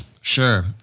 Sure